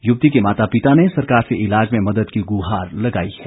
युवती के माता पिता ने सरकार से ईलाज में मदद की गुहार लगाई है